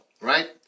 right